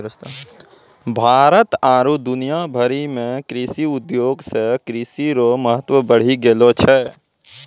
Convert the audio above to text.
भारत आरु दुनिया भरि मे कृषि उद्योग से कृषि रो महत्व बढ़ी गेलो छै